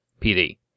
PD